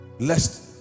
lest